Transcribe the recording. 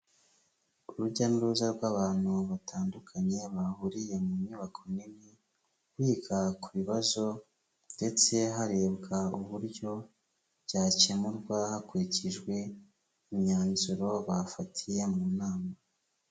Urujya n'uruza rw'abantu batandukanye, bahuriye mu nyubako nini, biga ku bibazo ndetse harebwa uburyo byakemurwa, hakurikijwe imyanzuro bafatiye mu nama.